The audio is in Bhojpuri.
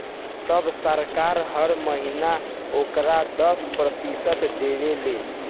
तब सरकार हर महीना ओकर दस प्रतिशत देवे ले